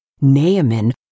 Naaman